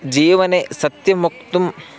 जीवने सत्यं वक्तुं